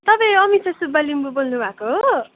तपाईँ अमिसा सुब्बा लिम्बू बोल्नु भएको हो